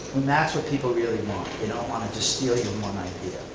that's what people really want you know want just steal your one idea.